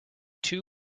two